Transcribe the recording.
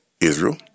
Israel